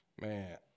Man